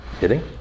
hitting